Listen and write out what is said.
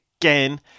Again